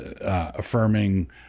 affirming